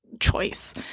choice